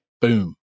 boom